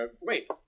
wait